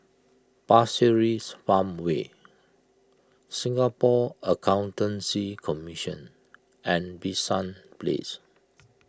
Pasir Ris Farmway Singapore Accountancy Commission and Bishan Place